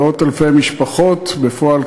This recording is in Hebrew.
שזה מאות-אלפי משפחות בפועל,